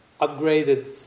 upgraded